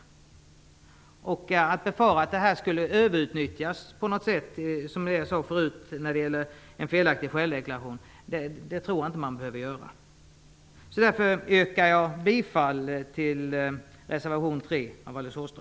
Jag tror inte att man behöver befara att detta skulle överutnyttjas, t.ex. i samband med det jag nämnde om felaktiga självdeklarationer. Därför yrkar jag bifall till reservation 3 av Alice